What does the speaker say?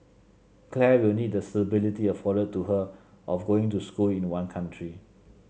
Claire will need the stability afforded to her of going to school in one country